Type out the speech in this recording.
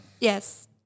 Yes